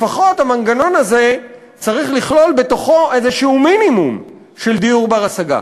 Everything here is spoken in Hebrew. לפחות המנגנון הזה צריך לכלול בתוכו איזשהו מינימום של דיור בר-השגה.